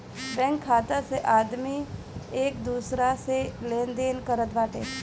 bank खाता से आदमी एक दूसरा से लेनदेन करत बाटे